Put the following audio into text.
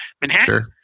Manhattan